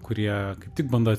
kurie kaip tik bando